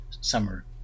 summer